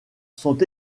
sont